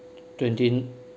twenty